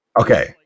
okay